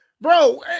bro